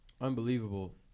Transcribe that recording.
unbelievable